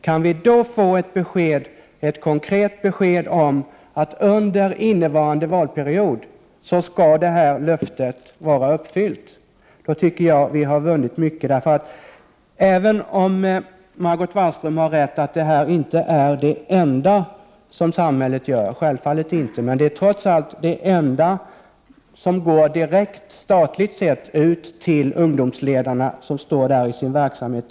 Kan vi då få ett konkret besked om att detta löfte skall uppfyllas under innevarande valperiod har vi vunnit mycket. Även om Margot Wallström självfallet har rätt i att detta inte är det enda som samhället gör är det trots allt det enda statliga bidrag som går direkt ut till ungdomsledarna och deras verksamhet.